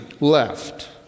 left